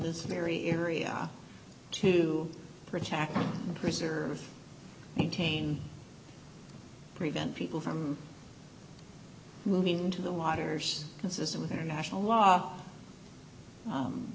this very area to protect and preserve maintain prevent people from moving into the waters consistent with international law